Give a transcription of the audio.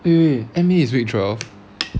wait wait M_B is week twelve